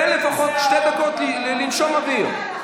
תן לפחות שתי דקות לנשום אוויר.